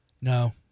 No